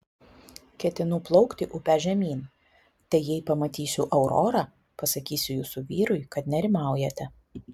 ketinu plaukti upe žemyn tai jei pamatysiu aurorą pasakysiu jūsų vyrui kad nerimaujate